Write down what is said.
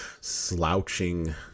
slouching